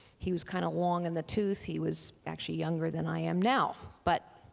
he was kind of long in the tooth, he was actually younger than i am now, but.